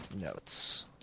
notes